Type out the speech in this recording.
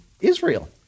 Israel